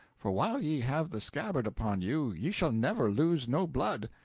for while ye have the scabbard upon you ye shall never lose no blood,